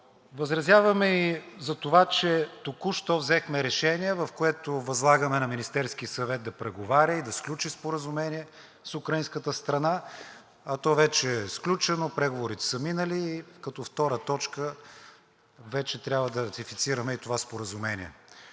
Възразяваме и за това, че току-що взехме решение, в което възлагаме на Министерския съвет да преговаря и да сключи Споразумение с украинската страна, а то вече е сключено, преговорите са минали, и като втора точка вече трябва да ратифицираме и това споразумение.